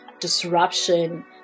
disruption